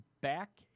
back